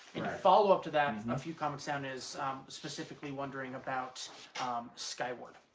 follow up to that and and a few comments down is specifically wondering about skyward.